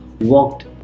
walked